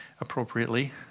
appropriately